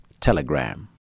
Telegram